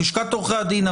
לשכת עורכי הדין,